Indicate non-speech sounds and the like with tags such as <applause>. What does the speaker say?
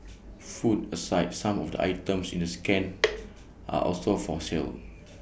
food aside some of the items in the scan <noise> are also for sale